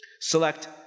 select